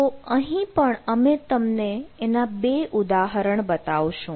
તો અહીં પણ અમે તમને એના બે ઉદાહરણ બતાવીશું